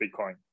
Bitcoin